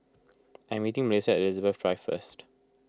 I am meeting Melisa at Elizabeth Drive first